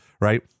Right